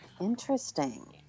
interesting